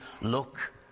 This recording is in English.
look